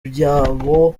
byabo